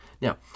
Now